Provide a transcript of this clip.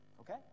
Okay